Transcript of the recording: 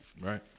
Right